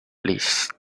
bliss